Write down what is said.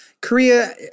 Korea